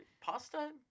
Pasta